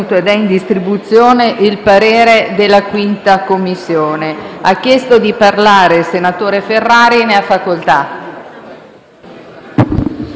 Grazie Presidente.